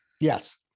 Yes